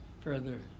further